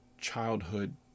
childhood